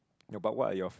ya but what are your